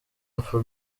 afro